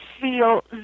feel